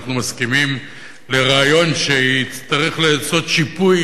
שאנחנו מסכימים לרעיון שיצטרך להיעשות שיפוי